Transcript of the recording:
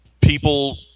people